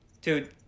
dude